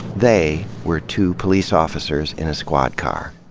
they were two police officers in a squad car.